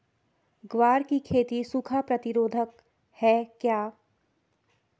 ग्वार की खेती सूखा प्रतीरोधक है क्या?